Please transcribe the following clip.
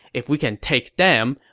if we can take them,